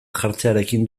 jartzearekin